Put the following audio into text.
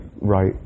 right